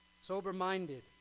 Sober-minded